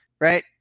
right